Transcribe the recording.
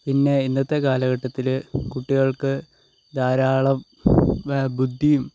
പിന്നെ ഇന്നത്തെ കാലഘട്ടത്തിൽ കുട്ടികൾക്ക് ധാരാളം ബുദ്ധിയും